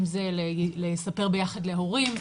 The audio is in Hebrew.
אם זה לספר ביחד להורים,